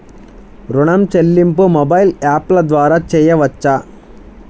ఋణం చెల్లింపు మొబైల్ యాప్ల ద్వార చేయవచ్చా?